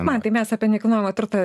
mantai mes apie nekilnojamą turtą